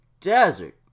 desert